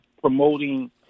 promoting